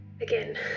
again